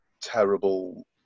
terrible